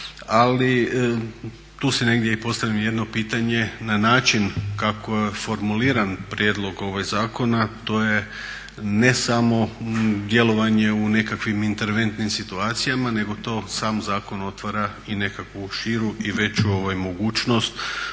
Ali tu se negdje postavlja jedno pitanje na način kako je formuliran ovaj prijedlog zakona? To je ne samo djelovanje u nekakvim interventnim situacijama nego to sam zakon otvara i nekakvu širu i veću mogućnost